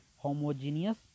homogeneous